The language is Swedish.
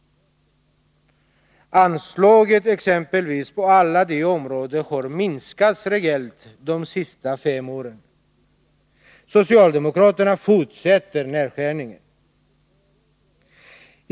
Anslagen på alla de nämnda områdena har minskats rejält under de senaste fem åren. Socialdemokraterna fortsätter nedskärningen.